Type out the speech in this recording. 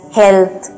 health